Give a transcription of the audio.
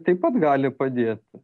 taip pat gali padėt